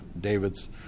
David's